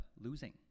losing